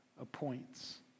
appoints